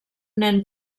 nen